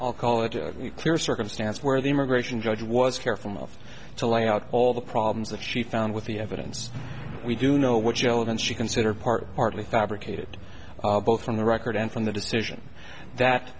i'll call it a clear circumstance where the immigration judge was careful not to lay out all the problems that she found with the evidence we do know which elements she considered part hardly fabricated both from the record and from the decision that